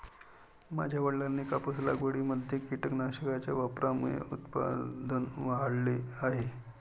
माझ्या वडिलांनी कापूस लागवडीमध्ये कीटकनाशकांच्या वापरामुळे उत्पादन वाढवले आहे